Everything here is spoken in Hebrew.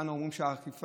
פעם אומרים שהאכיפה,